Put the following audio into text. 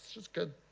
is good.